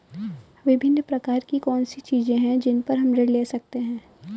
विभिन्न प्रकार की कौन सी चीजें हैं जिन पर हम ऋण ले सकते हैं?